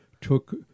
took